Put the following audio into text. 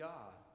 God